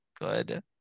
good